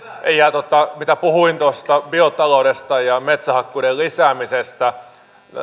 kun puhuin tuosta biotaloudesta ja metsänhakkuiden lisäämisestä